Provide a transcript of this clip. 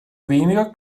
weniger